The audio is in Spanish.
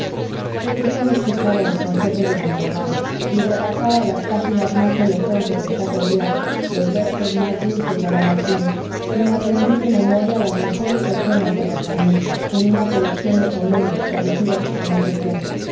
pero yo no escuchaba los consejos de don román y repasaba las páginas más elocuentes de chateaubriand los versos más dulces de lamartine y me aprendí de memoria las mejores escenas del hernani en una colección de comedias traducidas por no sé quién